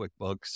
QuickBooks